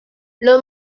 los